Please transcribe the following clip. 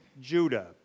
Judah